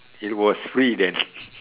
it was free then